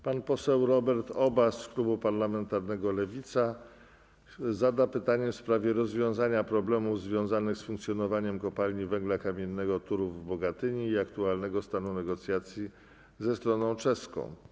Pan poseł Robert Obaz z klubu parlamentarnego Lewica zada pytanie w sprawie rozwiązania problemów związanych z funkcjonowaniem kopalni węgla kamiennego Turów w Bogatyni i aktualnego stanu negocjacji ze stroną czeską.